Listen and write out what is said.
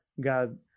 God